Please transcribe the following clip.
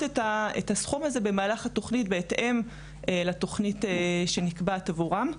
את הסכום הזה במהלך התוכנית בהתאם לתוכנית שנקבעת עבורן.